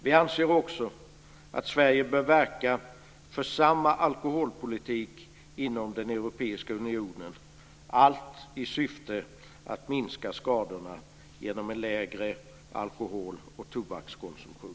Vi anser också att Sverige bör verka för samma alkoholpolitik inom den europeiska unionen, allt i syfte att minska skadorna genom en lägre alkoholoch tobakskonsumtion.